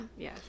Yes